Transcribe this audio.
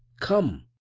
come,